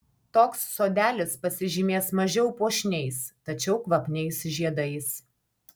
toks sodelis pasižymės mažiau puošniais tačiau kvapniais žiedais